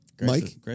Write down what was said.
Mike